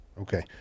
Okay